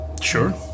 Sure